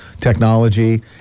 technology